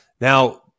Now